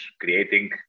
creating